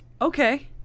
Okay